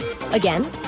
Again